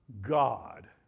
God